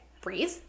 breathe